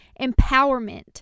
empowerment